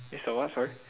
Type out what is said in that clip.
it's a what sorry